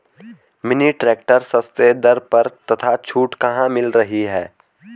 Mini tractor सस्ते दर पर तथा छूट कहाँ मिल रही है?